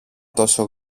τόσο